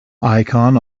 icon